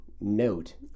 note